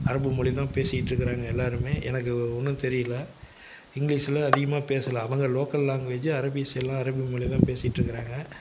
அரபு மொழிதான் பேசிட்ருக்குறாங்க எல்லாருமே எனக்கு ஒன்றும் தெரியல இங்லீஷில் அதிகமாக பேசலை அவங்க லோக்கல் லாங்குவேஜ்ஜு அரபிஸ் எல்லாம் அரபி மொழிதான் பேசிட்டிருக்குறாங்க